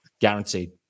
guaranteed